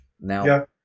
Now